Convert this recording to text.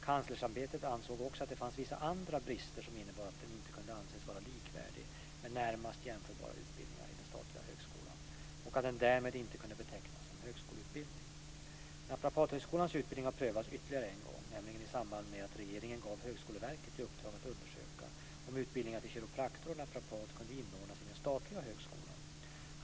Kanslersämbetet ansåg också att det fanns vissa andra brister som innebar att den inte kunde anses vara likvärdig med närmast jämförbara utbildningar i den statliga högskolan och att den därmed inte kunde betecknas som högskoleutbildning. Naprapathögskolans utbildning har prövats ytterligare en gång, nämligen i samband med att regeringen gav Högskoleverket i uppdrag att undersöka om utbildningarna till kiropraktor och naprapat kunde inordnas i den statliga högskolan.